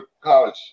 college